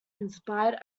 inspired